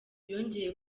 yongeye